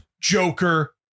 joker